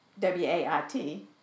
W-A-I-T